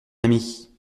ami